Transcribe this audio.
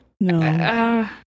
No